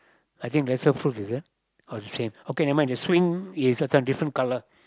I think they sell fruits is it oh the same okay never mind the swing is this one different colour